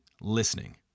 listening